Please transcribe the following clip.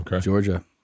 Georgia